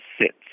sits